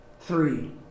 Three